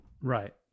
right